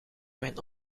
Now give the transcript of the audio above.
mijn